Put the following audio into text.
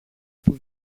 που